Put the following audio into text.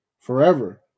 forever